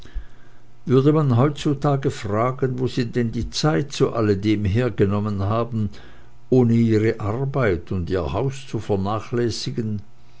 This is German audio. würde man heutzutage fragen wo sie denn die zeit zu alledem hergenommen haben ohne ihre arbeit und ihr haus zu vernachlässigen